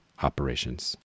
operations